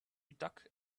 duck